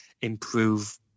improve